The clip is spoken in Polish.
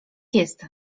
jest